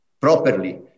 properly